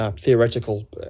theoretical